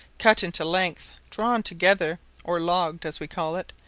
cut into lengths, drawn together, or logged, as we call it,